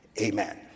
Amen